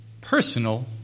personal